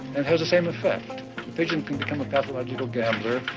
and has the same effect. a pigeon can become a pathological gambler,